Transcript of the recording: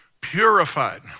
purified